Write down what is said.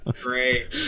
Great